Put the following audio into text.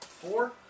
Four